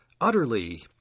utterly